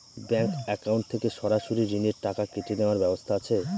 Bank account থেকে সরাসরি ঋণের টাকা কেটে নেওয়ার ব্যবস্থা আছে?